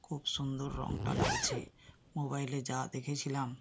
খুব সুন্দর রঙটা লাগছে মোবাইলে যা দেখেছিলাম